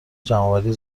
جمعآوری